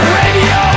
radio